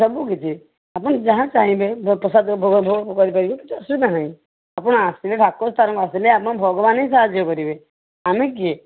ସବୁକିଛି ଆପଣ ଯାହା ଚାହିଁବେ ପ୍ରସାଦ ଭୋଗ ଫୋଗ କରିପାରିବେ କିଛି ଅସୁବିଧା ନାହିଁ ଆପଣ ଆସିଲେ ଠାକୁର ସ୍ଥାନକୁ ଆସିଲେ ଆମ ଭଗବାନ ହିଁ ସାହାଯ୍ୟ କରିବେ ଆମେ କିଏ